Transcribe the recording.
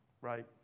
Right